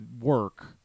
work